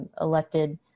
elected